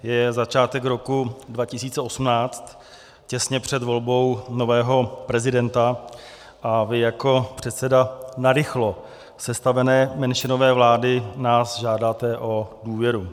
Je začátek roku 2018, těsně před volbou nového prezidenta a vy jako předseda narychlo sestavené menšinové vlády nás žádáte o důvěru.